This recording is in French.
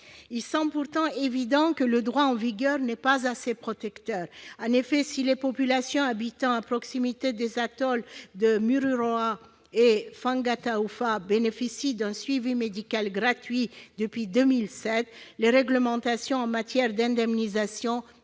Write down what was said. Il semble pourtant évident que le droit en vigueur n'est pas assez protecteur : si les populations habitant à proximité des atolls de Mururoa et Fangataufa bénéficient d'un suivi médical gratuit depuis 2007, les réglementations en matière d'indemnisation